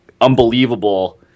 unbelievable